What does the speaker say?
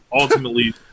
ultimately